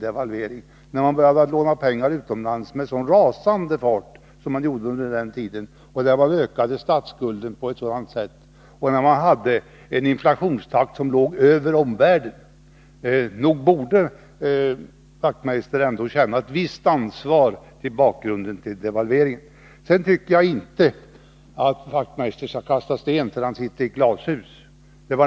Under den tiden började man låna pengar utomlands i rasande fart och ökade statsskulden kraftigt. Inflationstakten låg över omvärldens. Nog borde Knut Wachtmeister ändå känna ett visst ansvar för bakgrunden till devalveringen. Jag tycker inte att Knut Wachtmeister skall kasta sten, när han sitter i glashus.